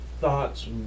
thoughts